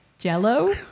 jello